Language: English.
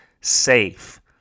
safe